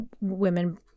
women